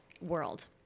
world